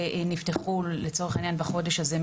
שנפתחו בחודש הזה.